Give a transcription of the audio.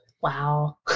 Wow